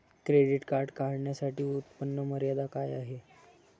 Credit card काढण्यासाठी उत्पन्न मर्यादा काय आहे?